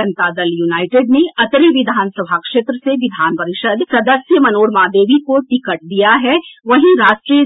जनता Dal United ने अतरी विधान सभा क्षेत्र से विधान परिषद सदस्य मनोरमा देवी को टिकट दिया है वहीं राष्ट्रीय